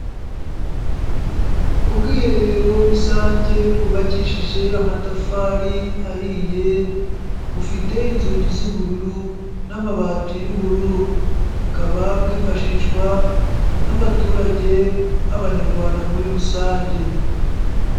Ubwiherero rusange bwubakishije amatafari ahiye bufite inzugi z'ubururu n'amabati y'ubururu, bukaba bwifashishwa n'abaturage b'abanyarwanda muri rusange.